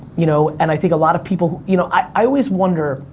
you know and i think a lot of people, you know i always wonder,